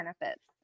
benefits